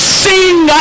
sing